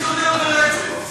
הדיון צריך להיות ברצף.